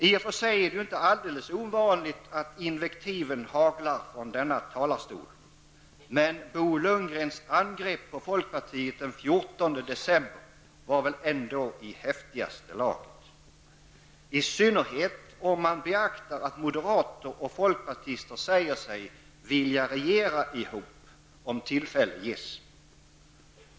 I och för sig är det ju inte alldeles ovanligt att invektiven haglar från denna talarstol, men Bo Lundgrens angrepp på folkpartiet den 14 december var väl ändå i häftigaste laget, i synnerhet om man beaktar att moderater och folkpartister säger sig vilja regera ihop, om tillfälle gives.